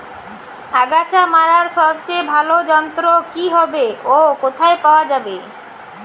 আগাছা মারার সবচেয়ে ভালো যন্ত্র কি হবে ও কোথায় পাওয়া যাবে?